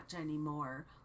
anymore